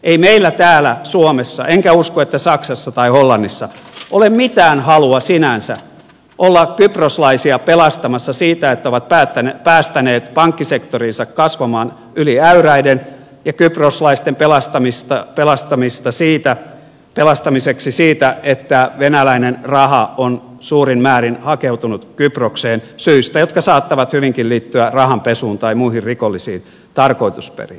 ei meillä täällä suomessa enkä usko että saksassa tai hollannissa ole mitään halua sinänsä olla kyproslaisia pelastamassa siitä että ovat päästäneet pankkisektorinsa kasvamaan yli äyräiden ja siitä että venäläinen raha on suurin määrin hakeutunut kyprokseen syistä jotka saattavat hyvinkin liittyä rahanpesuun tai muihin rikollisiin tarkoitusperiin